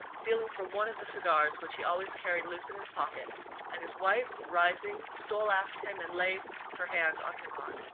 feeling for one of the cigars which he always carried loose in his pocket and his wife, rising, stole after him, and laid her hand on his arm.